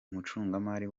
umucungamari